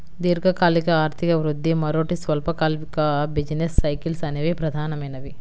దీర్ఘకాలిక ఆర్థిక వృద్ధి, మరోటి స్వల్పకాలిక బిజినెస్ సైకిల్స్ అనేవి ప్రధానమైనవి